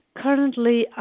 Currently